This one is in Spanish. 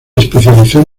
especializó